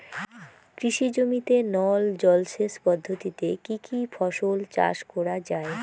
কৃষি জমিতে নল জলসেচ পদ্ধতিতে কী কী ফসল চাষ করা য়ায়?